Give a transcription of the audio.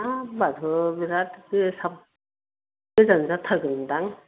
हाब होनबाथ' गोजान जाथारगोनदां